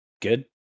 good